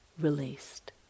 released